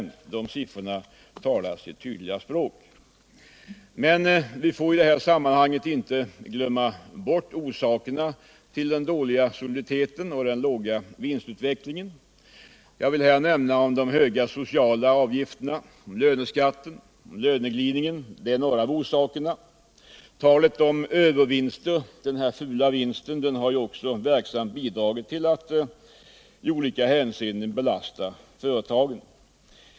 De siffrorna talar sitt tydliga språk. Men vi får i detta sammanhang inte glömma bort orsakerna till den dåliga soliditeten och den dåliga vinstutvecklingen. Jag vill här nämna de höga sociala avgifterna, löneskatten och löneglidningen, som är några av orsakerna. Talet om övervinsten — denna fula vinst — har också verksamt bidragit till att i olika hänseenden belasta företagen.